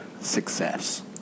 Success